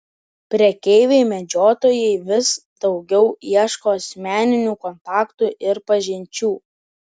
prekeiviai medžiotojai vis daugiau ieško asmeninių kontaktų ir pažinčių